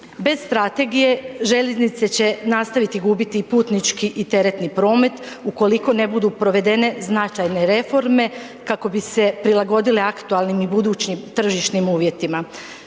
Bez strategije željeznice će nastaviti gubiti i putnički i teretni promet ukoliko ne budu provedene značajne reforme kako bi se prilagodile aktualnim i budućim tržišnim uvjetima,